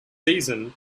season